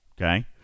Okay